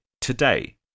today